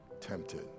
tempted